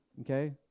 okay